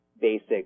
basic